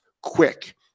quick